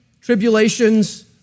tribulations